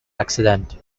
accident